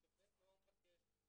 שופט הנוער מבקש,